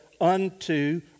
unto